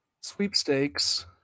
sweepstakes